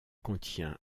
contient